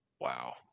Wow